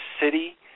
city